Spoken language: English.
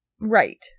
Right